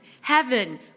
heaven